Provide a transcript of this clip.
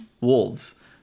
wolves